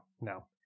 No